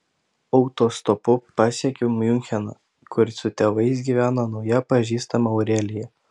autostopu pasiekiau miuncheną kur su tėvais gyveno nauja pažįstama aurelija